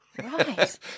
Right